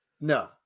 No